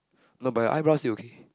not but your eyebrow still okay